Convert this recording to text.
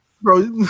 Bro